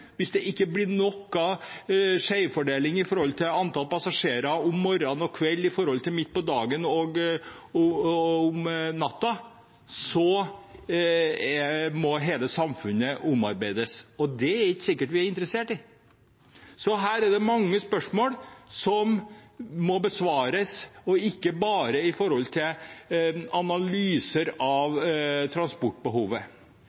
det ikke blir noen skjevfordeling av antall passasjerer om morgenen og kvelden sammenlignet med midt på dagen og om natten, da må hele samfunnet omarbeides. Det er det ikke sikkert vi er interessert i. Så her er det mange spørsmål som må besvares, og ikke bare med tanke på analyser